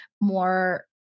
more